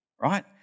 right